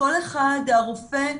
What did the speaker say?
הרופא,